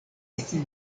estis